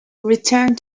returned